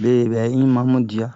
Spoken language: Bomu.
bebɛ yi mamu dia